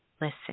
listen